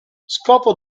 scopo